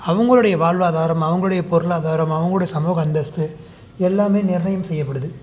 அவங்களுடைய வாழ்வாதாரம் அவங்களுடைய பொருளாதாரம் அவங்களுடைய சமூக அந்தஸ்த்து எல்லாமே நிர்ணயம் செய்யப்படுது